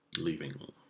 Leaving